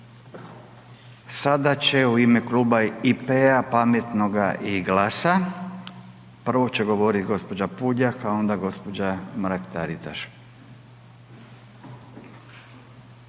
Sada će u ime Kluba IP-a, Pametnoga i GLAS-a, prvo će govorit gđa. Puljak, a onda gđa. Mrak-Taritaš.